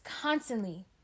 constantly